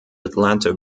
atlanta